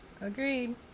Agreed